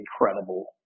incredible